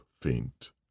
faint